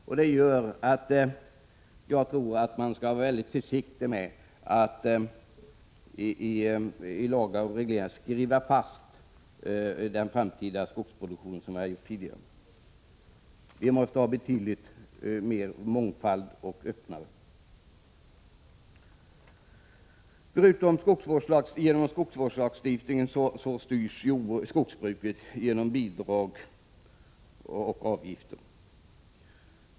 Därför bör man, enligt min mening, vara mycket försiktig med att som tidigare i lagar och regleringar så att säga skriva fast den framtida skogsproduktionen. Vi måste ha en större mångfald. Förutom genom skogsvårdslagstiftning styrs skogbruket genom bidrag och avgifter.